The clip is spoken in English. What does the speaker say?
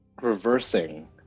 reversing